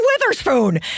Witherspoon